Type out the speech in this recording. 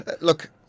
look